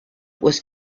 was